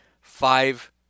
five